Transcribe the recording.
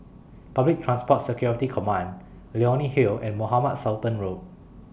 Public Transport Security Command Leonie Hill and Mohamed Sultan Road